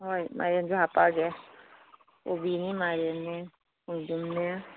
ꯍꯣꯏ ꯃꯥꯏꯔꯦꯟꯁꯨ ꯍꯥꯞꯄꯛꯑꯒꯦ ꯀꯣꯕꯤꯅꯦ ꯃꯥꯏꯔꯦꯟꯅꯦ ꯈꯣꯡꯗ꯭ꯔꯨꯝꯅꯦ